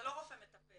זה לא רופא מטפל,